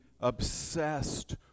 obsessed